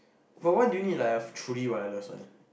but why do you need like a truly wireless one